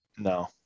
No